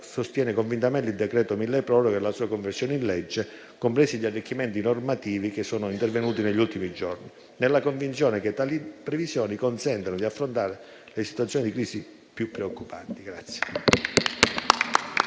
sostiene convintamente il decreto milleproroghe e la sua conversione in legge, compresi gli arricchimenti normativi che sono intervenuti negli ultimi giorni, nella convinzione che tali previsioni consentano di affrontare le situazioni di crisi più preoccupanti.